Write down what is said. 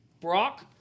Brock